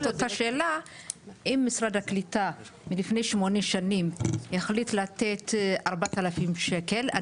אם משרד הקליטה לפני שמונה שנים החליט לתת 4,000 שקל,